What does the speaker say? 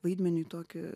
vaidmeniui tokį